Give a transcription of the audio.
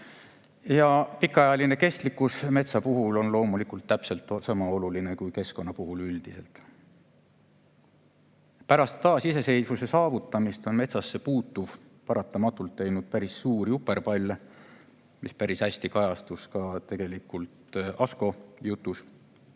Pikaajaline kestlikkus on metsa puhul loomulikult täpselt niisama oluline kui keskkonna puhul üldiselt. Pärast taasiseseisvuse saavutamist on metsasse puutuv paratamatult teinud päris suuri uperpalle, mis päris hästi kajastus ka Asko jutus.